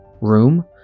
Room